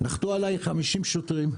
נחתו עליי 50 שוטרים.